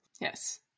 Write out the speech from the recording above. Yes